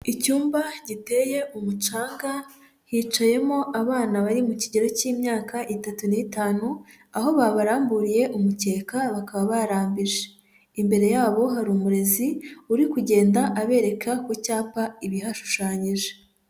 Icyumba giteye umucanga, hicayemo abana bari mu kigero cy'imyaka itatu n'itanu, aho babaramburiye umukeka bakaba barambije. Imbere yabo hari umurezi uri kugenda abereka ku cyapa ibihashushanyije.